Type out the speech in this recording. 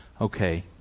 Okay